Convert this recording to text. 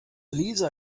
lisa